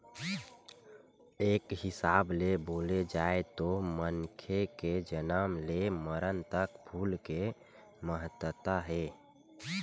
एक हिसाब ले बोले जाए तो मनखे के जनम ले मरन तक फूल के महत्ता हे